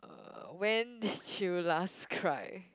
uh when did you last cry